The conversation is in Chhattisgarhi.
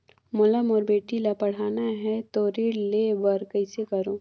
मोला मोर बेटी ला पढ़ाना है तो ऋण ले बर कइसे करो